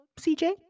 CJ